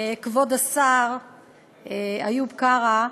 כבוד השר איוב קרא,